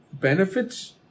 benefits